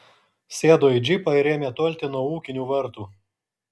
sėdo į džipą ir ėmė tolti nuo ūkinių vartų